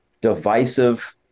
divisive